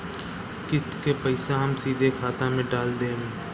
किस्त के पईसा हम सीधे खाता में डाल देम?